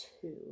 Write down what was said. two